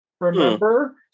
Remember